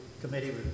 committee